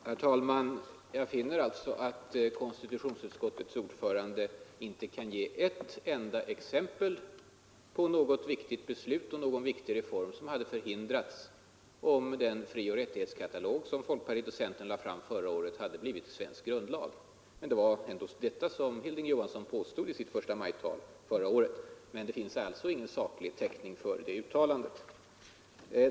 Herr talman! Jag finner att konstitutionsutskottets ordförande inte kan ge ett enda exempel på något beslut och någon viktig reform som hade förhindrats, om den frioch rättighetskatalog som folkpartiet och centern lade fram förra året hade blivit grundlag. Det var ändå detta som herr Johansson i Trollhättan påstod i sitt förstamajtal förra året. Men det finns alltså ingen saklig täckning för det uttalandet.